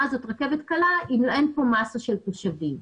הזאת רכבת קלה אם אין כאן מסה של תושבים.